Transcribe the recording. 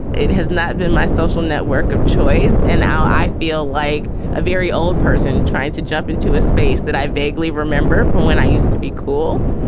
it has not been my social network of choice, and i i feel like a very old person trying to jump into a space that i vaguely remember from when i used to be cool.